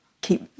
keep